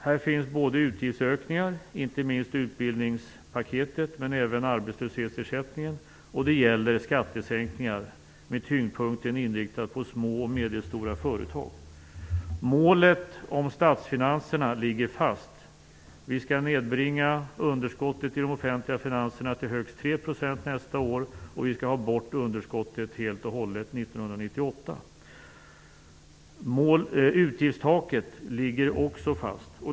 Här finns både utgiftsökningar, inte minst utbildningspaketet men även arbetslöshetsersättningen, och skattesänkningar med tyngdpunkten på små och medelstora företag. Målet för statsfinanserna ligger fast. Vi skall nedbringa underskottet i de offentliga finanserna till högst 3 % nästa år, och vi skall ha bort underskottet helt och hållet 1998. Utgiftstaket ligger också fast.